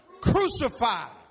Crucified